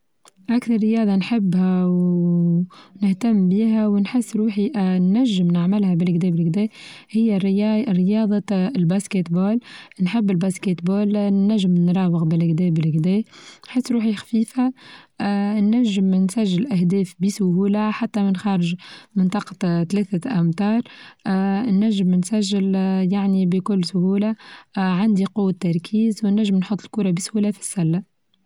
أكثر الرياضة نحبها ونهتم بيها ونحس روحي نچم نعملها بالكدا-بالكدا هي رياضة الباسكيت بول، نحب الباسكيت بول نچم نراوغ بالكدا-بالكدا حيس روحي خفيفة اا نچم نسچل أهداف بسهولة حتى من خارج منطقة ثلاثة أمطار، آآ نچم نسچل يعني بكل سهولة عندي قوة تركيز والنچم نحط الكورة بسهولة في السلة.